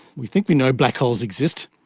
we think we know black holes exist.